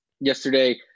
yesterday